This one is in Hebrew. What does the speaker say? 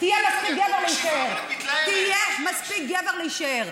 תהיה מספיק גבר להישאר.